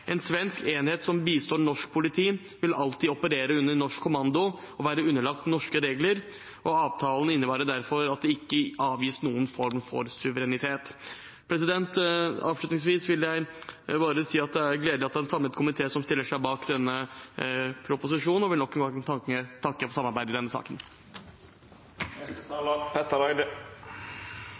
En svensk enhet som bistår norsk politi, vil alltid operere under norsk kommando og være underlagt norske regler. Avtalen innebærer derfor at det ikke avgis noen form for suverenitet. Avslutningsvis vil jeg bare si at det er gledelig at en samlet komité stiller seg bak denne proposisjonen, og jeg vil nok en gang takke for samarbeidet i denne saken.